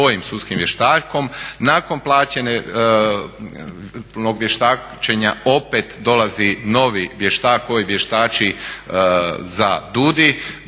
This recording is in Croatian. nakon plaćenog vještačenja opet dolazi novi vještak koji vještači za DUUDI